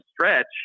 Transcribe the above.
stretch